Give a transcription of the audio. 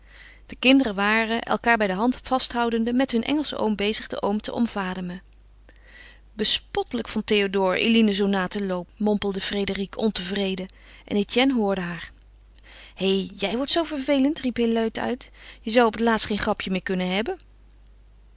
de kinderen waren elkaâr bij de hand vasthoudende met hun engelschen oom bezig den boom te omvademen bespottelijk van théodore eline zoo na te loopen mompelde frédérique ontevreden en etienne hoorde haar hé jij wordt zoo vervelend riep hij luid uit je zou op het laatst geen grapje meer kunnen hebben